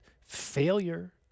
failure